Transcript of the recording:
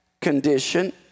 condition